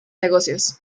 negocios